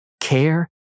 care